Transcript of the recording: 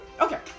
Okay